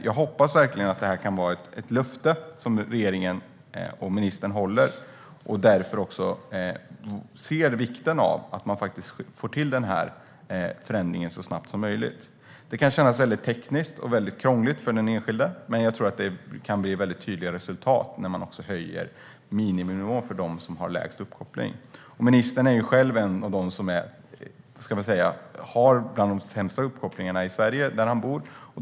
Jag hoppas verkligen att det här kan vara ett löfte som regeringen och ministern håller och att man ser vikten av att man får till den här förändringen så snabbt som möjligt. Det kan kännas väldigt tekniskt och krångligt för den enskilde, men jag tror att det kan bli väldigt tydliga resultat när man höjer miniminivån för dem som har sämst uppkoppling. Ministern hör ju själv till dem som har sämst uppkoppling i Sverige på sin bostadsort.